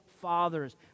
fathers